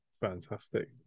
Fantastic